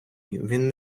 він